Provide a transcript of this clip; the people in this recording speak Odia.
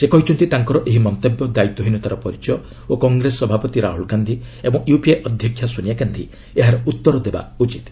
ସେ କହିଛନ୍ତି ତାଙ୍କର ଏହି ମନ୍ତବ୍ୟ ଦାୟିତ୍ୱହୀନତାର ପରିଚୟ ଓ କଂଗ୍ରେସ ସଭାପତି ରାହ୍ରଳ ଗାନ୍ଧି ଏବଂ ୟୁପିଏ ଅଧ୍ୟକ୍ଷା ସୋନିଆ ଗାନ୍ଧି ଏହାର ଉତ୍ତର ଦେବା ଉଚିତ୍